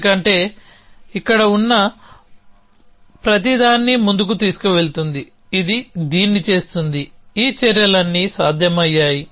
ఎందుకంటే ఇక్కడ ఉన్న ప్రతిదాన్ని ముందుకు తీసుకువెళుతుంది ఇది దీన్ని చేసింది ఈ చర్యలన్నీ సాధ్యమయ్యాయి